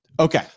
Okay